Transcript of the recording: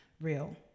real